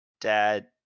dad